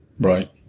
Right